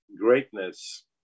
greatness